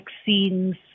vaccines